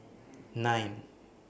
nine